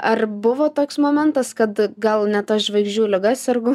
ar buvo toks momentas kad gal ne ta žvaigždžių liga sergu